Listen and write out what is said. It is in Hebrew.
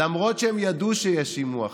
למרות שהם ידעו שיש שימוע,